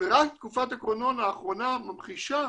ורק תקופת הקורונה האחרונה ממחישה